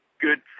good